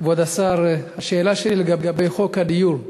כבוד השר, השאלה שלי לגבי חוק הדיור: